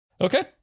Okay